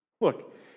Look